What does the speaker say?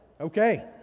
Okay